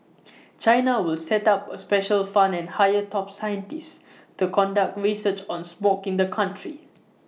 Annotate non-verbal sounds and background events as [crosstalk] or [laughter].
[noise] China will set up A special fund and hire top scientists [noise] to conduct research on smog in the country